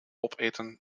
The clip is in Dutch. opeten